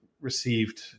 received